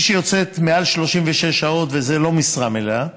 מי שיוצאת מעל 36 שעות וזה לא משרה מלאה